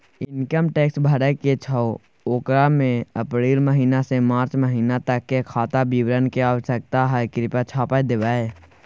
Income tax भरय के छै ओकरा में अप्रैल महिना से मार्च महिना तक के खाता विवरण के आवश्यकता हय कृप्या छाय्प देबै?